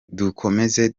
dukomeze